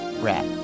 rat